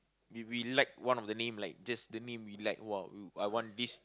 if we like one of the name like just the name we like !wow! I want this